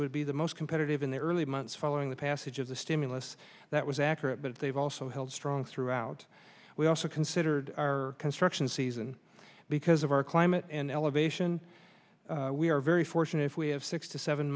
would be the most competitive in the early months following the passage of the stimulus that was accurate but they've also held strong throughout we also considered our construction season because of our climate and elevation we are very fortunate if we have six to seven